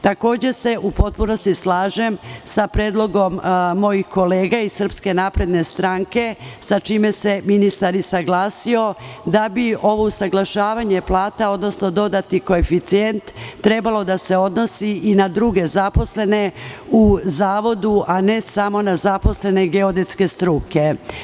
Takođe se u potpunosti slažem sa predlogom mojih kolega iz SNS, sa čime se ministar i saglasio, da bi ovo usaglašavanje plata, odnosno dodati koeficijent trebao da se odnosi i na druge zaposlene u zavodu, a ne samo na zaposlene geodetske struke.